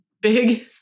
big